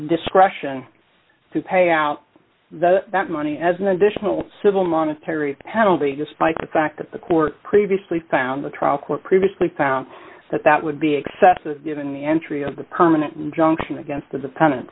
discretion to pay out that money as an additional civil monetary penalty despite the fact that the court previously found a trial court previously found that that would be excessive given the entry of the permanent injunction against the defendant